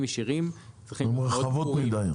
ישירים -- ההגבלות רחבות מידי.